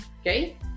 Okay